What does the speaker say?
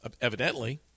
evidently